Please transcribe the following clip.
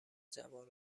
جوان